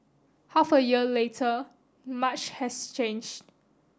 half a year later much has change